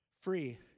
free